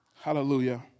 Hallelujah